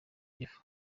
gifu